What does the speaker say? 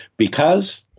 because,